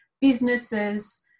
businesses